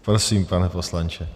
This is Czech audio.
Prosím, pane poslanče.